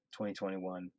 2021